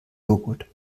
jogurt